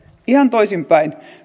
ihan toisinpäin